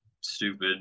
stupid